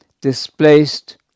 displaced